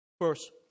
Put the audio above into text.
First